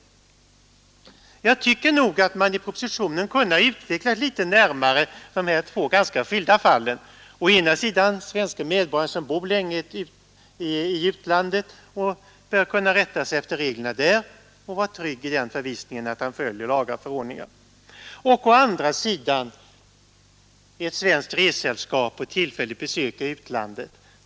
Jag tycker nog att man i propositionen litet närmare kunde ha utvecklat de här två ganska skilda fallen: å ena sidan den svenske medborgaren som bor länge i utlandet och som bör kunna rätta sig efter reglerna där och vara trygg i förvissningen att han följer det främmande landets lagar och förordningar och å andra sidan ett svenskt resesällskap på tillfälligt besök i utlandet.